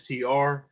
STR